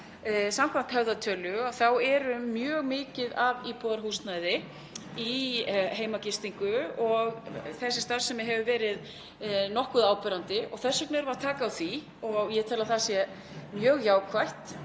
samkvæmt höfðatölu er mjög mikið af íbúðarhúsnæði í heimagistingu. Þessi starfsemi hefur verið nokkuð áberandi og þess vegna erum við að taka á henni og ég tel að það sé mjög jákvætt.